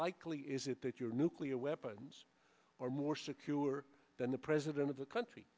likely is it that your new we a weapons are more secure than the president of the country